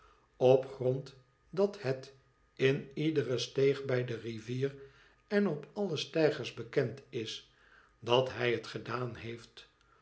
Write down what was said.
grond dat het in iedere steeg bij de rivier en op alle steigers bekend is dat hij het gedaan heeft